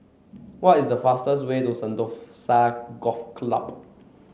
what is the fastest way to Sentosa Golf Club